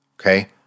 okay